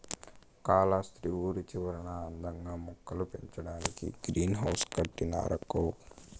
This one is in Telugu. కాలస్త్రి ఊరి చివరన అందంగా మొక్కలు పెంచేదానికే గ్రీన్ హౌస్ కట్టినారక్కో